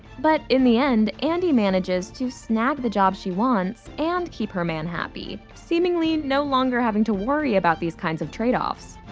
but in the end, andy manages to snag the job she wants and keep her man happy, seemingly no longer having to worry about these kinds of trade-offs.